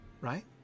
right